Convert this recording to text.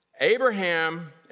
Abraham